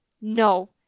no